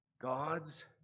God's